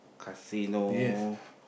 casino